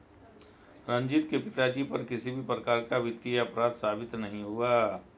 रंजीत के पिताजी पर किसी भी प्रकार का वित्तीय अपराध साबित नहीं हुआ